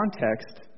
context